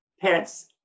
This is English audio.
parents